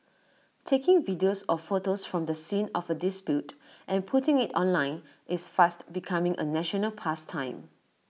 taking videos or photos from the scene of A dispute and putting IT online is fast becoming A national pastime